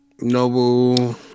Noble